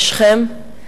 בשכם,